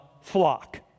flock